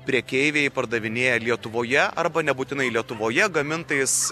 prekeiviai pardavinėja lietuvoje arba nebūtinai lietuvoje gamintais